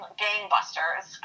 gangbusters